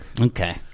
Okay